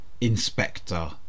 Inspector